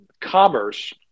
Commerce